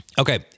Okay